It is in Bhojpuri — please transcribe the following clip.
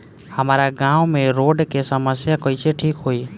हमारा गाँव मे रोड के समस्या कइसे ठीक होई?